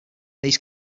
these